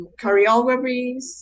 choreographies